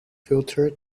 filter